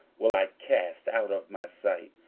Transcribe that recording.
will i cast out of my sight,